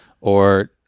or-